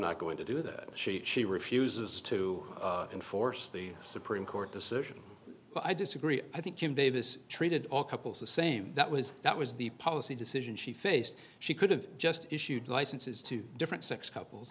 not going to do that she refuses to enforce the supreme court decision but i disagree i think jim davis treated all couples the same that was that was the policy decision she faced she could have just issued licenses to different sex couples